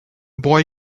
boy